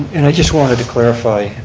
and i just wanted to clarify,